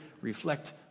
reflect